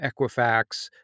Equifax